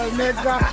nigga